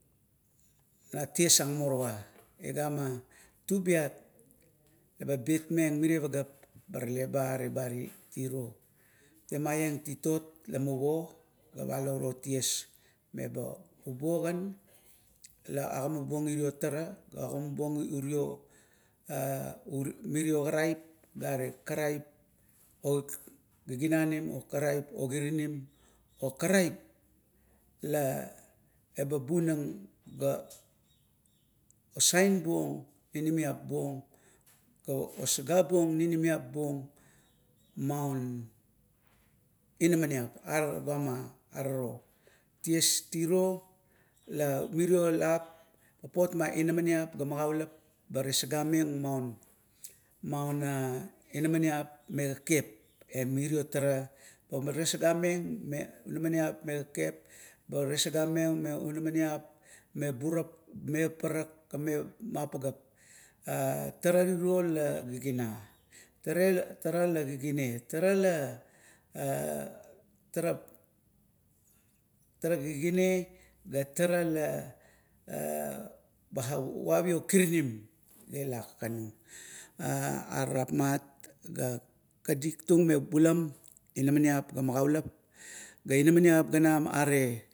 Na tias ang morowa igana. Tubiat laba betmeng mire pageap barale ba are ba tiro. Temaieng titot lamuvo palo urog o ties meba bubuo kan la agimabuong irio tara. ga agimabuoung urio mirio karap ga are karap ogiginanim, okarap o kirinim o karap la eba bunang ga osaibuong ninimiap buong, o sagabuong ninimiap buong maun inamaniap. Are tugama are ro, la mirio lap papot ma inamaniap ga magaulap ba tesagameng maun, maun iap inamaniap mre kekep, eam irio tara, ba tesagameng me parak, ga me mapa pageap. E, tara tirio la giginea tara la giginea, tara ta tarap giginea, ga tara la a bavavio kirinim ang ila kakani. Are rap mat ga kadik tung me bulam inamaniap ga magaulap, ga inamaniap ganam gare.